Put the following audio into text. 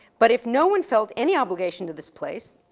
but if no one felt any obligation to this place,